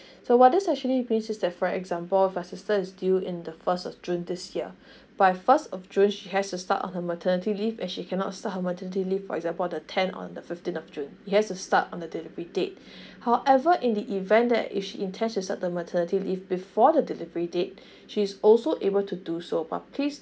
so what this actually means is that for example if your sister is due in the first of june this year by first of june she has to start on her maternity leave and she cannot start her maternity leave for example on the ten on the fifteen of june he has to start on the delivery date however in the event that if she intends to start the maternity leave before the delivery date she's also able to do so but please